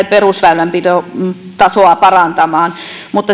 perusväylänpidon tasoa parantamaan mutta